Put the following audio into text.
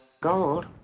Gold